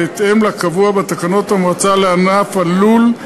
בהתאם לקבוע בתקנות המועצה לענף הלול,